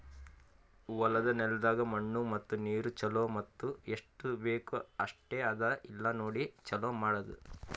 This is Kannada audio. ಹೊಲದ ನೆಲದಾಗ್ ಮಣ್ಣು ಮತ್ತ ನೀರು ಛಲೋ ಮತ್ತ ಎಸ್ಟು ಬೇಕ್ ಅಷ್ಟೆ ಅದಾ ಇಲ್ಲಾ ನೋಡಿ ಛಲೋ ಮಾಡದು